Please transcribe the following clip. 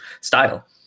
style